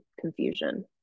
confusion